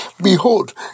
Behold